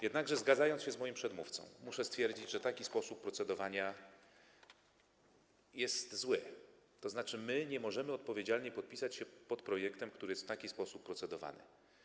Jednakże, zgadzając się z moim przedmówcą, muszę stwierdzić, że taki sposób procedowania jest zły, tzn. nie możemy odpowiedzialnie podpisać się pod projektem, który jest w taki sposób procedowany.